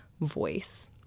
voice